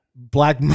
Black